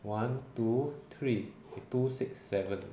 one two three two six seven